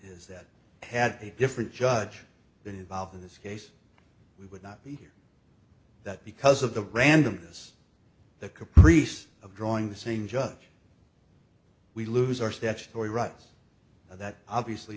his that had a different judge that involved in this case we would not hear that because of the randomness the caprice of drawing the same judge we lose our statutory rights that obviously